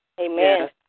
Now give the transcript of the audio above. Amen